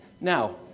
Now